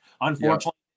unfortunately